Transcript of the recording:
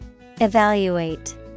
Evaluate